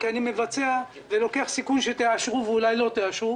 כי אני מבצע ולוקח סיכון אם תאשרו או לא תאשרו.